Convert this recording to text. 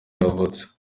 yavutse